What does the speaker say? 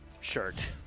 shirt